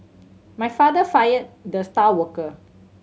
my father fired the star worker